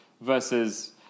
versus